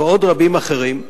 ועוד רבים אחרים,